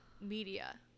media